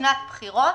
שבשנת בחירות,